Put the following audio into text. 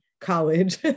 college